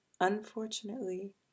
unfortunately